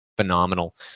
Phenomenal